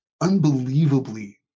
unbelievably